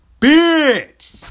bitch